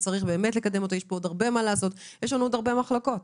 יש פה עוד הרבה מחלוקות ויש עוד הרבה מה לעשות,